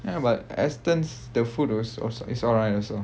ya but Astons the food also was it's alright also